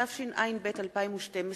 התשע"ב 2012,